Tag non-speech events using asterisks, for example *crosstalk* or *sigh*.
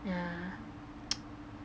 mm *noise*